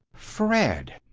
fred!